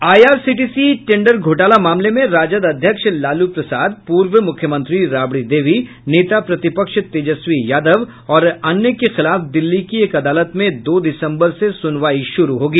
IRCTC tender घोटाला मामले में राजद अध्यक्ष लालू प्रसाद पूर्व मुख्यमंत्री राबड़ी देवी नेता प्रतिपक्ष तेजस्वी यादव और अन्य के खिलाफ दिल्ली की एक अदालत में दो दिसम्बर से सुनवाई शुरू होगी